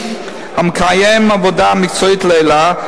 המקיים עבודה מקצועית לעילא,